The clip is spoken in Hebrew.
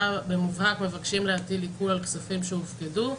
מבקשים להטיל כספים על כספים שהופקדו.